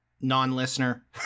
non-listener